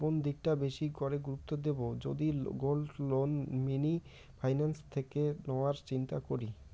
কোন দিকটা বেশি করে গুরুত্ব দেব যদি গোল্ড লোন মিনি ফাইন্যান্স থেকে নেওয়ার চিন্তা করি?